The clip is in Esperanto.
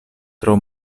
tro